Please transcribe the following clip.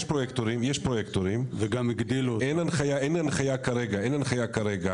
יש פרויקטורים וגם הגדילו, אין הנחיה כרגע,